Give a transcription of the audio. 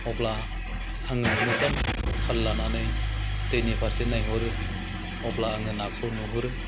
अब्ला आङो मोजां थाल लानानै दैनि फारसे नायहरो अब्ला आङो नाखौ नुहरो